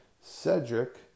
Cedric